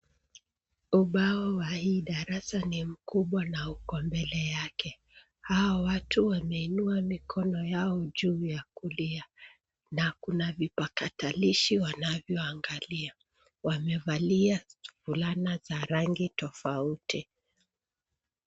Ubao wa hii darasa ni mkubwa na uko mbele yake. Hawa watu wameinua mikono yao juu ya kulia na kuna vipakatalishi wanavyoangalia . Wamevalia fulana za rangi tofauti .